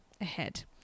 ahead